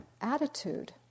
attitude